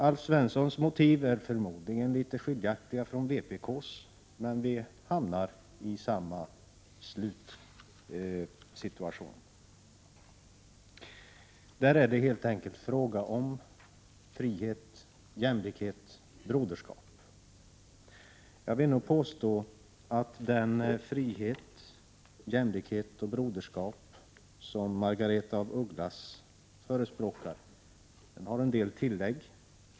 Alf Svenssons motiv är förmodligen litet skiljaktiga från vpk:s, men vi har hamnat i samma slutsats. Här är det helt enkelt fråga om frihet, jämlikhet och broderskap. Jag vill påstå att den frihet, den jämlikhet och det broderskap som Margaretha af Ugglas förespråkar har en del tillägg.